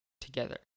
together